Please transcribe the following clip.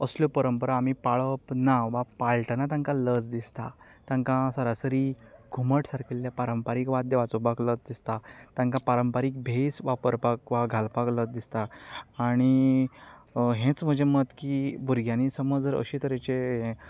असल्यो परंपरा आमी पाळप ना वा पाळतना तांकां लज दिसता तांकां सरासरी घुमट सारकिल्लें पारंपारींक वाद्य वाजोवपाक लज दिसता तांकां पारंपारीक भेस वापरपाक वा घालपाक लज दिसता आनी हेंच म्हजें मत की भुरग्यांनी समज अशे तरेचें